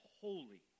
holy